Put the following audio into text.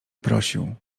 prosił